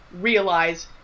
realize